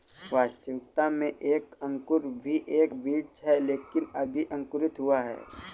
वास्तविकता में एक अंकुर भी एक बीज है लेकिन अभी अंकुरित हुआ है